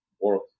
work